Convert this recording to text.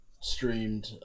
streamed